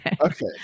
Okay